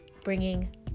bringing